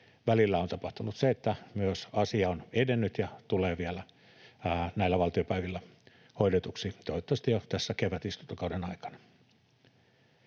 välillä on tapahtunut se, että asia on edennyt, ja se tulee vielä näillä valtiopäivillä hoidetuksi, toivottavasti jo tässä kevätistuntokauden aikana.